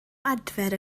adfer